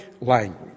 language